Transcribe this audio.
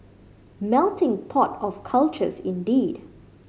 melting pot of cultures indeed